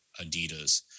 Adidas